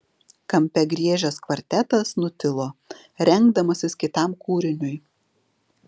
kampe griežęs kvartetas nutilo rengdamasis kitam kūriniui